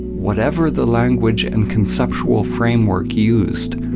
whatever the language and conceptual framework used,